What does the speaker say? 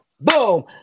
Boom